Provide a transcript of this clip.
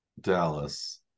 Dallas